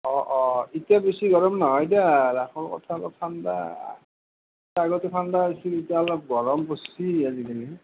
অঁ অঁ ইতা বেছি গৰম নহয় দিয়া ৰাসৰ কথা অলপ ঠাণ্ডা আগতে ঠাণ্ডা হৈছি ইতা অলপ গৰম পচ্ছি আজিকালি